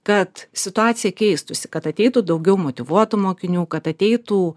kad situacija keistųsi kad ateitų daugiau motyvuotų mokinių kad ateitų